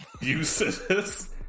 uses